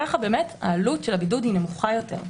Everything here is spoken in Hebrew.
כך עלות הבידוד היא נמוכה יותר.